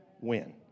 win